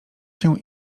się